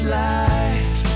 life